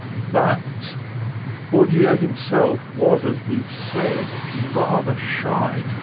but bourdieu yeah himself was, as we've said, rather shy,